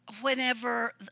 whenever